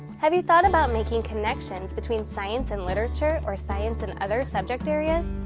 have you thought about making connections between science and literature or science and other subject areas?